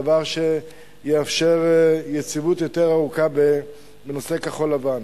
דבר שיאפשר יציבות יותר ארוכה בנושא כחול-לבן.